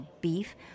beef